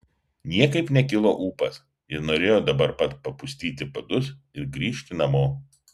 niekaip nekilo ūpas ir norėjo dabar pat papustyti padus ir grįžti namo